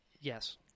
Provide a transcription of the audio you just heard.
yes